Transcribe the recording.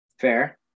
Fair